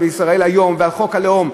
ועל "ישראל היום" ועל חוק הלאום,